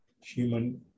human